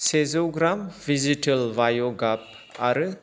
सेजौ gram vegetable बाय' गाब आरो